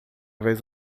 vez